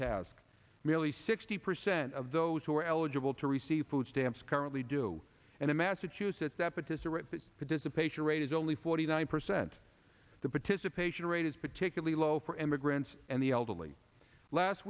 task nearly sixty percent of those who are eligible to receive food stamps currently do and in massachusetts epa to cerate that participation rate is only forty nine percent the participation rate is particularly low for immigrants and the elderly last